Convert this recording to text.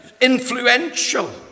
influential